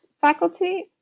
faculty